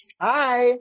hi